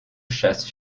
chasse